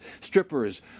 strippers